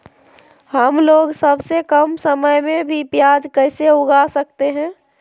हमलोग सबसे कम समय में भी प्याज कैसे उगा सकते हैं?